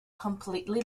completely